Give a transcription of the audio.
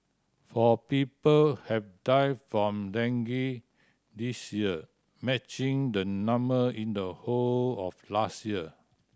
four people have died from dengue this year matching the number in the whole of last year